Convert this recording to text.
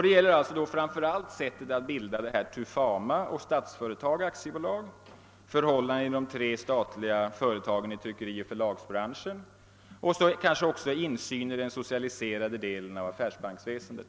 Det gäller alltså framför allt sättet att bilda Tufama och Statsföretag AB, förhållandena inom de tre statliga företagen i tryckerioch förlagsbranschen och kanske också insyn i den socialiserade delen av affärsbanksväsendet.